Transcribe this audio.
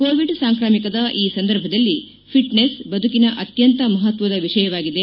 Covid ಸಾಂಕ್ರಾಮಿಕದ ಈ ಸಂದರ್ಭದಲ್ಲಿ ಫಿಟ್ನೆಸ್ ಬದುಕಿನ ಅತ್ತಂತ ಮಪತ್ವದ ವಿಷಯವಾಗಿದೆ